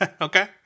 Okay